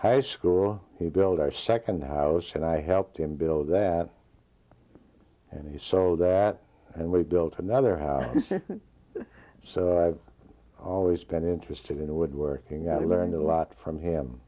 high school he built our second house and i helped him build that and he saw that and we built another house so i've always been interested in the woodworking i learned a lot from him